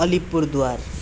Alipurduar